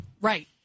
Right